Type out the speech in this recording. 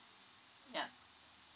ya